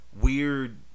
weird